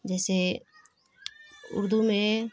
جیسے اردو میں